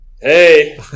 hey